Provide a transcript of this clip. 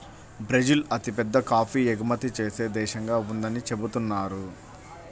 Brazil అతిపెద్ద coffee ఎగుమతి చేసే దేశంగా ఉందని చెబుతున్నారు